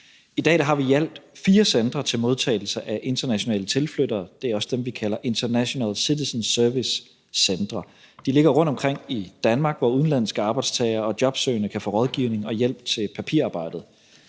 I dag har vi i alt fire centre til modtagelse af internationale tilflyttere – det er også dem, vi kalder International Citizen Service-centre. De ligger rundtomkring i Danmark, og udenlandske arbejdstagere og jobsøgende kan der få rådgivning og hjælp til papirarbejdet.